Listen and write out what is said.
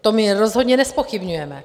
To my rozhodně nezpochybňujeme.